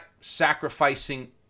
sacrificing